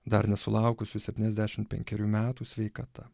dar nesulaukusių septyniasdešim penkerių metų sveikata